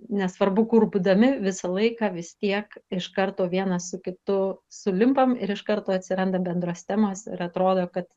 nesvarbu kur būdami visą laiką vis tiek iš karto vienas su kitu sulimpam ir iš karto atsiranda bendros temos ir atrodo kad